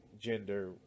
gender